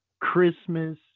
Christmas